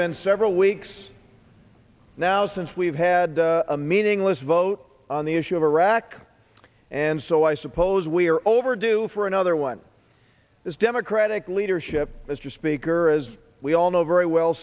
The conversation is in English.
been several weeks now since we've had a meaningless vote on the issue of iraq and so i suppose we are overdue for another one as democratic leadership mr speaker as we all know very well